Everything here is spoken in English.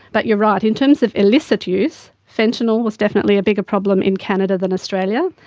but you're right, in terms of illicit use, fentanyl was definitely a bigger problem in canada than australia,